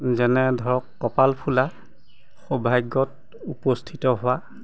যেনে ধৰক কপাল ফুলা সৌভাগ্যত উপস্থিত হোৱা